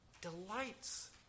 delights